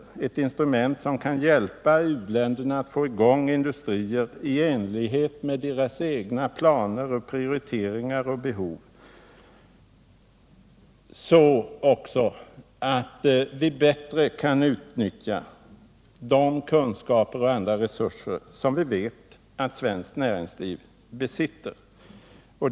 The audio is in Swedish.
Syftet med detta instrument är att hjälpa u-länderna att få i gång industrier i enlighet med deras egna planer, prioriteringar och behov, så att vi också bättre kan utnyttja de kunskaper och andra resurser som vi vet att svenskt näringsliv besitter.